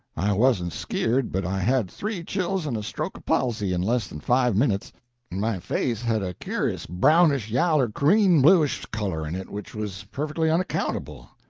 i wasn't skeered, but i had three chills and a stroke of palsy in less than five minits, and my face had a cur'us brownish-yaller-greenbluish color in it, which was perfectly unaccountable.